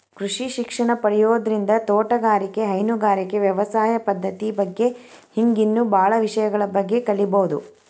ಕೃಷಿ ಶಿಕ್ಷಣ ಪಡಿಯೋದ್ರಿಂದ ತೋಟಗಾರಿಕೆ, ಹೈನುಗಾರಿಕೆ, ವ್ಯವಸಾಯ ಪದ್ದತಿ ಬಗ್ಗೆ ಹಿಂಗ್ ಇನ್ನೂ ಬಾಳ ವಿಷಯಗಳ ಬಗ್ಗೆ ಕಲೇಬೋದು